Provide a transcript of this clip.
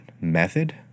method